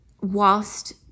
whilst